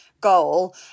goal